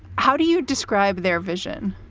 how do you describe their vision?